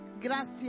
gracias